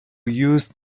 use